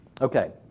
Okay